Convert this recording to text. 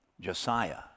Josiah